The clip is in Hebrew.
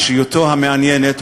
אישיותו המעניינת,